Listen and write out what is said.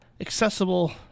accessible